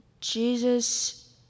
Jesus